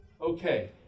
Okay